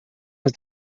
has